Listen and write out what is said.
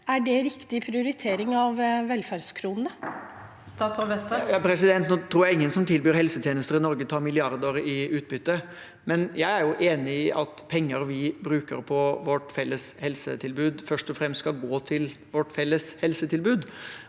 Statsråd Jan Christian Vestre Nå tror jeg ingen som tilbyr helsetjenester i Norge, tar ut milliarder i utbytte, men jeg er enig i at penger vi bruker på vårt felles helsetilbud, først og fremst skal gå til vårt felles helsetilbud.